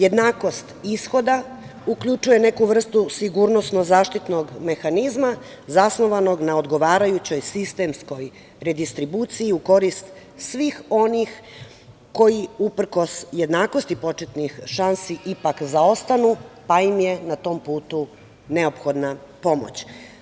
Jednakost ishoda uključuje neku vrstu sigurno-zaštitnog mehanizma zasnovanog na odgovarajućoj sistemskoj redistribuciji u korist svih onih koji uprkos jednakosti početnih šansi ipak zaostanu, pa im je na tom putu neophodna pomoć.